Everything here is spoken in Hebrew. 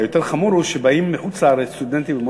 היותר חמור הוא שבאים מחוץ-לארץ סטודנטים ללמוד